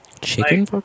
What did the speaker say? Chicken